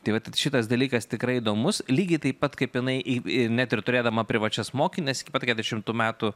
tai vat šitas dalykas tikrai įdomus lygiai taip pat kaip jinai ir net ir turėdama privačias mokines iki pat keturiasdešimtų metų